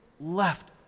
left